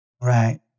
Right